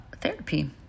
therapy